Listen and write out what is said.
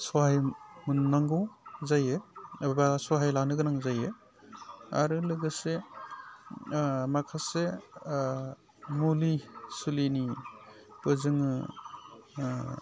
सहाय मोननांगौ जायो एबा सहाय लानो गोनां जायो आरो लोगोसे माखासे मुलि सुलिनिबो जोङो